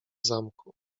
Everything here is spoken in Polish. zamku